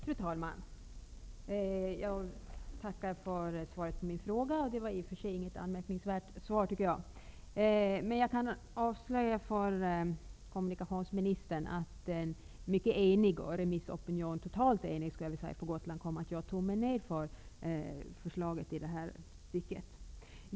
Fru talman! Jag tackar för svaret på min fråga. Det var i och för sig inget anmärkningsvärt svar, men jag kan avslöja för kommunikationsministern att en totalt enig remissopinion på Gotland visat tummen ned för förslaget i det här stycket.